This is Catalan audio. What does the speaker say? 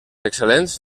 excel·lents